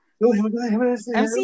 MC